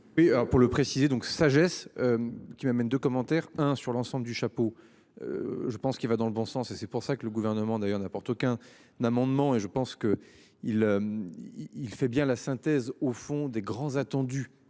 pour le préciser donc sagesse. Qui m'amène de commentaires hein sur l'ensemble du chapeau. Je pense qu'il va dans le bon sens et c'est pour ça que le gouvernement d'ailleurs n'apporte aucun n'amendement et je pense que il. Il fait bien la synthèse au fond des grands attendu